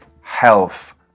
health